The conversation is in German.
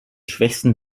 schwächsten